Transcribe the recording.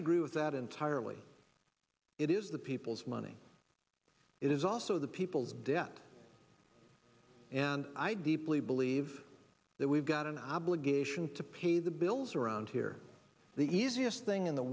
agree with that entirely it is the people's money it is also the people's debt and i deeply believe that we've got an obligation to pay the bills around here the easiest thing in the